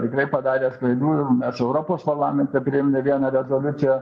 tikrai padaręs klaidų mes europos parlamente priėmėm ne vieną rezoliuciją